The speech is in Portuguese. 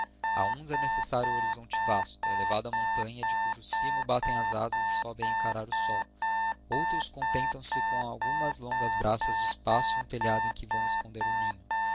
a uns é necessário o horizonte vasto a elevada montanha de cujo cimo batem as asas e sobem a encarar o sol outros contentam se com algumas longas braças de espaço e um telhado em que vão esconder o ninho